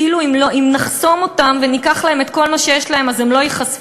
כאילו אם נחסום אותם וניקח להם את כל מה שיש להם אז הם לא ייחשפו.